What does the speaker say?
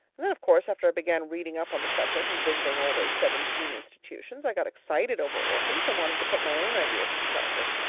and then of course, after i began reading up on the subject and visiting all those seventeen institutions, i got excited over orphans, and wanted to put my own ideas into practice.